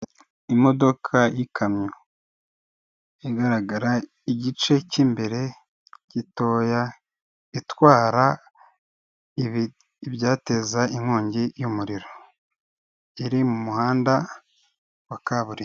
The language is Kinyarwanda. Iy'ikamyo, igaragara igice cy'imbere gitoya, itwara ibyateza inkongi y'umuriro, iri mu muhanda wa kaburimbo.